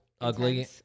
ugly